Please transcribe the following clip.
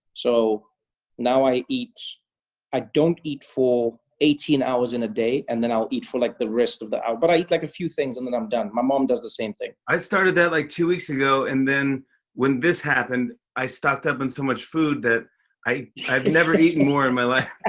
so now i eat i don't eat for eighteen hours in a day, and then i'll eat for, like, the rest of the ah but i eat like a few things, and then i'm done. my mom does the same thing. i started that like two weeks ago, and then when this happened, i stocked up on and so much food that i i've never eaten more in and my life.